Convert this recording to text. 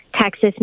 Texas